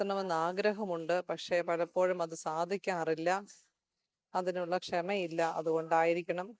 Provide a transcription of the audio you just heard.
വരുത്തണമെന്ന് ആഗ്രഹമുണ്ട് പക്ഷേ പലപ്പോഴും അത് സാധിക്കാറില്ല അതിനുള്ള ക്ഷമയില്ല അതുകൊണ്ടായിരിക്കണം